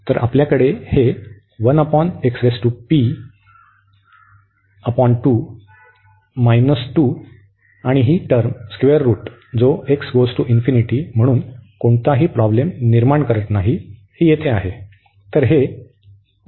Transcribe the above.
तर आपल्याकडे येथे 1 ओव्हर आहे x पावर 5 बाय 2 आणि नंतर मायनस 2 आणि ही टर्म स्क्वेअर रूट जो म्हणून कोणतीही प्रॉब्लेम निर्माण करीत नाही आणि हे येथे आहे